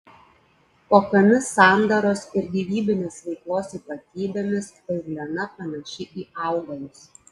kokiomis sandaros ir gyvybinės veiklos ypatybėmis euglena panaši į augalus